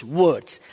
words